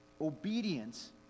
Obedience